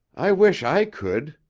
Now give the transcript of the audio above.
i wish i could,